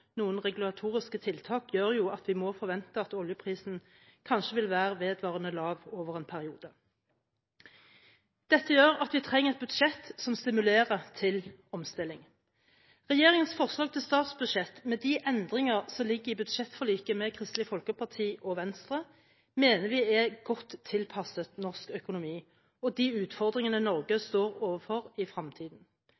noen regulatoriske tiltak, gjør jo at vi må forvente at oljeprisen kanskje vil være vedvarende lav over en periode. Dette gjør at vi trenger et budsjett som stimulerer til omstilling. Regjeringens forslag til statsbudsjett, med de endringer som ligger i budsjettforliket med Kristelig Folkeparti og Venstre, mener vi er godt tilpasset norsk økonomi og de utfordringene Norge